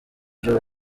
ibyo